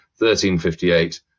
1358